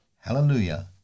Hallelujah